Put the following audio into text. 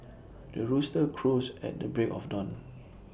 the rooster crows at the break of dawn